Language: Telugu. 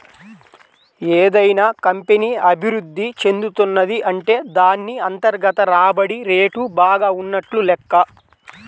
ఏదైనా కంపెనీ అభిరుద్ధి చెందుతున్నది అంటే దాన్ని అంతర్గత రాబడి రేటు బాగా ఉన్నట్లు లెక్క